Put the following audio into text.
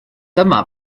dyma